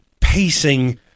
pacing